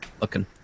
looking